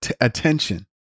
attention